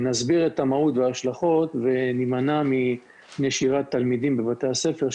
נסביר את המהות ואת ההשלכות ונימנע מנשירת תלמידים מבתי הספר,